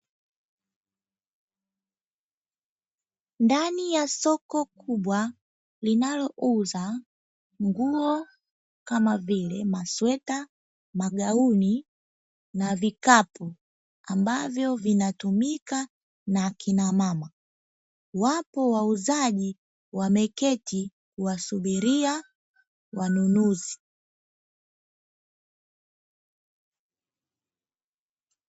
Ndani ya soko kubwa linalouza nguo kama vile masweta, magauni na vikapu ambavyo vinatumika na akina mama, wapo wauzaji wameketi kuwasubiria wanunuzi.